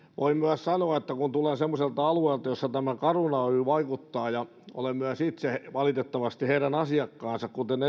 voin myös sanoa että kun tulen semmoiselta alueelta jossa tämä caruna oy vaikuttaa ja olen myös itse valitettavasti heidän asiakkaansa kuten